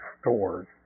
stores